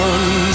One